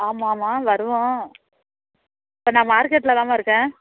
ஆமாம்மா வருவோம் இப்போ நான் மார்க்கெட்டில்தாம்மா இருக்கேன்